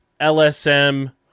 LSM